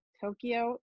Tokyo